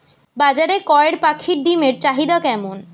বাজারে কয়ের পাখীর ডিমের চাহিদা কেমন?